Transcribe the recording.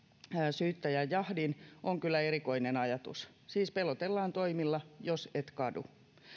syyttäjän jahdin on kyllä erikoinen ajatus siis pelotellaan toimilla jos et kadu